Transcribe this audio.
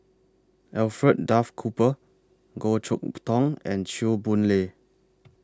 Alfred Duff Cooper Goh Chok Tong and Chew Boon Lay